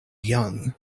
young